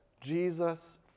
Jesus